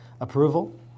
approval